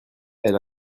elle